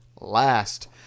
last